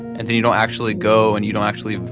and then you don't actually go and you don't actually